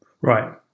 right